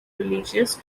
religious